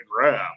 grab